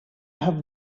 have